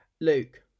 Luke